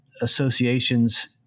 associations